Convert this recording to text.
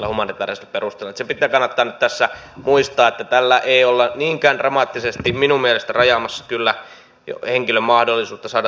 se kannattaa nyt tässä muistaa että tällä ei kyllä olla niinkään dramaattisesti minun mielestäni rajaamassa henkilön mahdollisuutta saada turvapaikkaa kuin ehkä annetaan ymmärtää